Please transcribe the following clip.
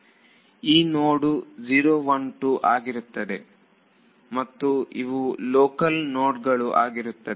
ಈ ನೋಡು 0 1 2 ಆಗಿರುತ್ತೆ ಮತ್ತು ಇವು ಲೋಕಲ್ ನೋಡ್ಗಳು ಆಗಿರುತ್ತೆ